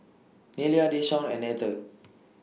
Nelia Deshaun and Etter